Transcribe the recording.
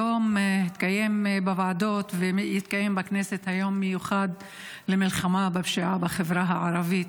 היום התקיים בוועדות הכנסת יום מיוחד למלחמה בפשיעה בחברה הערבית.